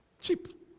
cheap